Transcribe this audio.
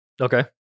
Okay